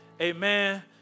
amen